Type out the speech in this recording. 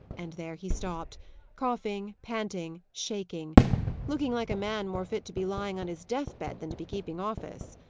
and there he stopped coughing, panting, shaking looking like a man more fit to be lying on his death-bed than to be keeping office.